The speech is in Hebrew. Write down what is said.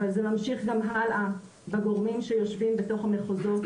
אבל זה להמשיך גם הלאה בגורמים שיושבים בתוך המחוזות